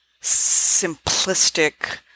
simplistic